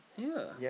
yeah